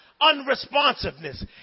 unresponsiveness